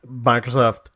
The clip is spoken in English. Microsoft